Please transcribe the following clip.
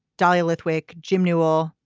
dahlia lithwick jim newell.